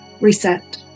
reset